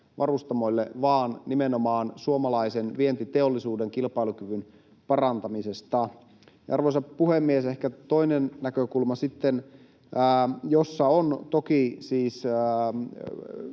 varustamoille vaan nimenomaan suomalaisen vientiteollisuuden kilpailukyvyn parantamisesta. Arvoisa puhemies! Ehkä toinen näkökulma sitten, jossa on toki siis